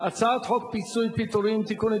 הצעת חוק פיצויי פיטורים (תיקון,